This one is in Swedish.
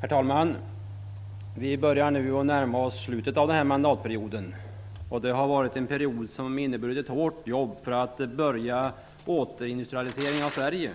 Herr talman! Vi börjar nu närma oss slutet på denna mandatperiod. Det har varit en period som har inneburit ett hårt arbete för att påbörja återindustrialiseringen av Sverige.